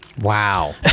Wow